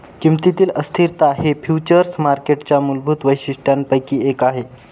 किमतीतील अस्थिरता हे फ्युचर्स मार्केटच्या मूलभूत वैशिष्ट्यांपैकी एक आहे